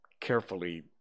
carefully